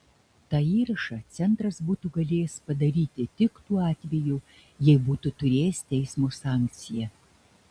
tą įrašą centras būtų galėjęs padaryti tik tuo atveju jei būtų turėjęs teismo sankciją